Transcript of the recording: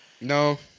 No